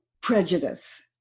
prejudice